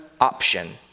option